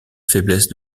faiblesse